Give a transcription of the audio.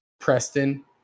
Preston